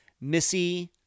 Missy